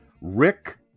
Rick